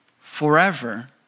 forever